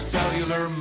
Cellular